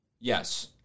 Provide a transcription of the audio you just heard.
Yes